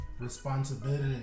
responsibility